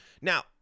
Now